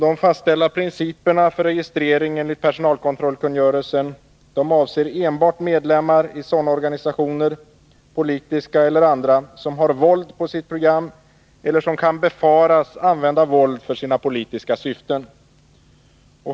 De fastställda principerna för registrering enligt personalkontrollkungörelsen avser enbart medlemmar i sådana organisationer — politiska eller andra — som har våld på sitt program eller som kan befaras använda våld för sina politiska syften.